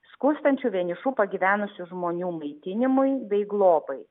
skurstančių vienišų pagyvenusių žmonių maitinimui bei globai